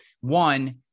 One